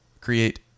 create